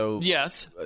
Yes